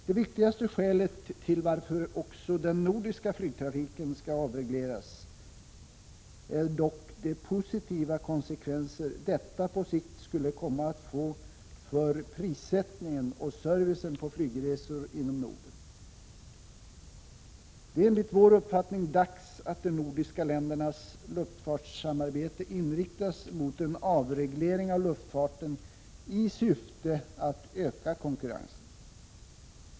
Det viktigaste skälet till att också den nordiska flygtrafiken skall avregleras är dock de positiva konsekvenser detta på sikt skulle komma att få för prissättningen och servicen på flygresor inom Norden. Det är enligt vår uppfattning dags att de nordiska ländernas luftfartssamarbete inriktas mot en avreglering av luftfarten i syfte att öka konkurrensen.